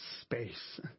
space